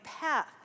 path